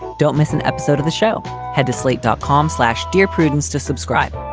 don't miss an episode of the show. head to slate dot com, slash dear prudence to subscribe.